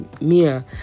mia